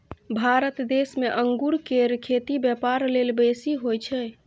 भारत देश में अंगूर केर खेती ब्यापार लेल बेसी होई छै